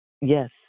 yes